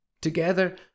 Together